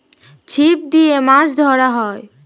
ছিপ দিয়ে মাছ ধরা হয়